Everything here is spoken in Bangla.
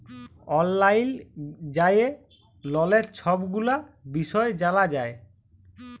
অললাইল যাঁয়ে ললের ছব গুলা বিষয় জালা যায়